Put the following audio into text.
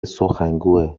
سخنگویه